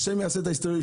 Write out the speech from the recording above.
ה' יעשה את ההשתדלות,